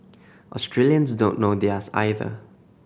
Australians don't know theirs either